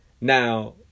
Now